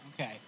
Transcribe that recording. Okay